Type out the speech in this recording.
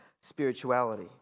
spirituality